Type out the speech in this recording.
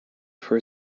for